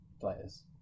players